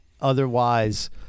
Otherwise